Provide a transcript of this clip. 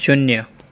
શૂન્ય